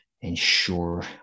ensure